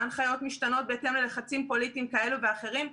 הנחיות משתנות בהתאם ללחצים פוליטיים כאלה ואחרים,